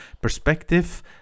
perspective